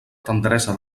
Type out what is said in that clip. tendresa